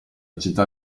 città